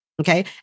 Okay